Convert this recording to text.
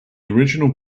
original